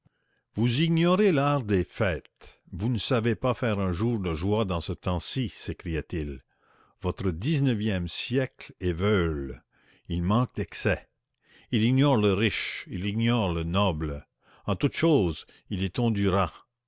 vous ignorez l'art des fêtes vous ne savez pas faire un jour de joie dans ce temps-ci s'écriait-il votre dix-neuvième siècle est veule il manque d'excès il ignore le riche il ignore le noble en toute chose il est